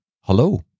hello